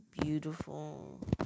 beautiful